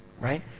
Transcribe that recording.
Right